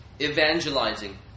Evangelizing